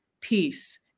peace